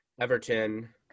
everton